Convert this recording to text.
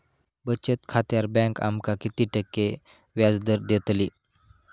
बचत खात्यार बँक आमका किती टक्के व्याजदर देतली?